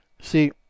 See